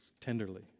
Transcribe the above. tenderly